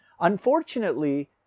Unfortunately